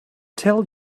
tell